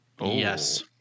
Yes